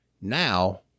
Now